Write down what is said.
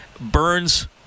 Burns